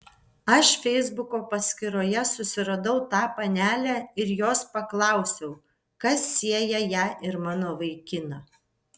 aš feisbuko paskyroje susiradau tą panelę ir jos paklausiau kas sieja ją ir mano vaikiną